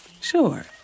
Sure